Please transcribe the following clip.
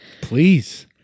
Please